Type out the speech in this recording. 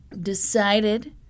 decided